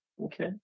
Okay